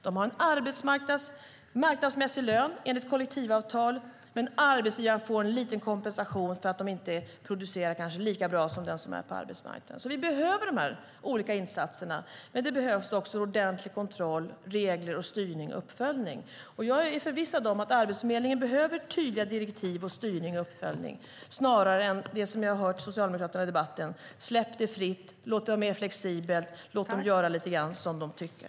De har en marknadsmässig lön enligt kollektivavtal, men arbetsgivaren får en liten kompensation för att de kanske inte producerar lika bra som den som är på den ordinarie arbetsmarknaden. Vi behöver de olika insatserna, men det behövs också ordentlig kontroll, regler, styrning och uppföljning. Jag är förvissad om att Arbetsförmedlingen behöver tydliga direktiv, styrning och uppföljning snarare än det som jag har hört socialdemokrater i debatten säga: Släpp det fritt, låt det vara mer flexibelt, låt dem göra lite grann som de tycker!